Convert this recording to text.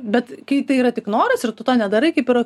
bet kai tai yra tik noras ir tu to nedarai kaip ir